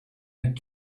had